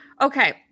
Okay